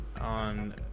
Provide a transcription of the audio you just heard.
on